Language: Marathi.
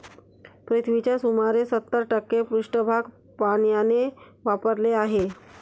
पृथ्वीचा सुमारे सत्तर टक्के पृष्ठभाग पाण्याने व्यापलेला आहे